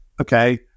Okay